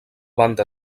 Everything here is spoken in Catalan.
banda